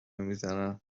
میزنن